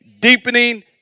Deepening